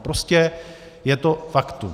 Prostě je to faktum.